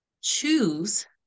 choose